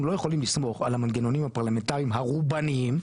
אנחנו לא יכולים לסמוך על המנגנונים הפרלמנטריים הרובניים,